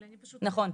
נכון.